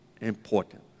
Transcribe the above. important